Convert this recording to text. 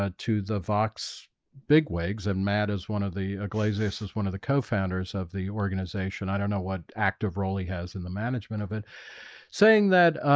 ah to the vox bigwigs and matt is one of the iglesias is one of the co-founders of the organization i don't know what active role he has in the management of it saying that